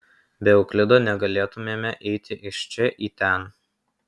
be euklido negalėtumėme eiti iš čia į ten